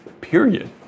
period